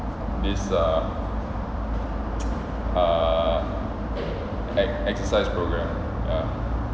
this err err exercise programme ya